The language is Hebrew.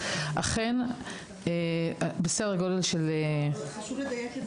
אכן בסדר גודל של --- חשוב לדייק את זה.